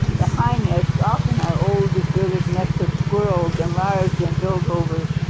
the high nests often are old deserted nests of squirrels enlarged and built over.